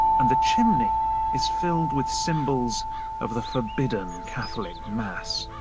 and the chimney is filled with symbols of the forbidden catholic mass.